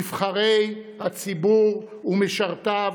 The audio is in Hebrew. נבחרי הציבור ומשרתיו,